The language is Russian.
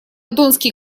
донской